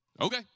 Okay